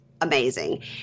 amazing